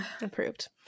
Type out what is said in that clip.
Approved